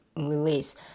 release